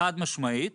חד משמעית